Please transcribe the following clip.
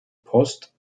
post